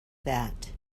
that